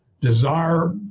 desire